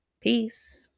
Peace